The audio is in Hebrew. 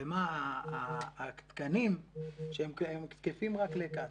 ומה התקנים שתקפים רק לקצא"א.